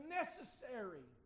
necessary